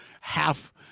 half